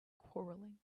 quarrelling